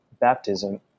baptism